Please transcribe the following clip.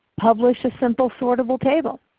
publish a simple sortable table,